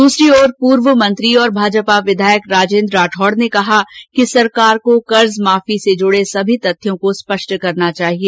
दसरी ओर पूर्व मंत्री और भाजपा विधायक राजेन्द्र राठौड ने कहा कि सरकार को कर्ज माफी से जुडे सभी तथ्यों को स्पष्ट करना चाहिए